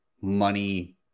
money